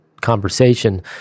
conversation